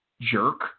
jerk